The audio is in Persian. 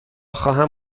خواهم